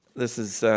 this is